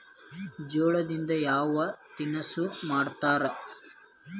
ಜೋಳದಿಂದ ಯಾವ ತಿನಸು ಮಾಡತಾರ?